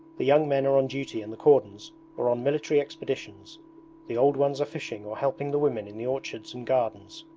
the young men are on duty in the cordons or on military expeditions the old ones are fishing or helping the women in the orchards and gardens.